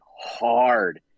hard